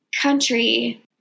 country